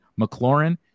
McLaurin